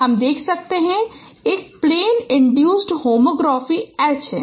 हम देख सकते हैं कि एक प्लेन इन्ड्यूसड होमोग्राफी H है